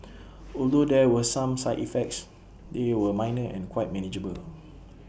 although there were some side effects they were minor and quite manageable